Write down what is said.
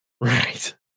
Right